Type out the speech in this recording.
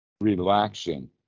relaxing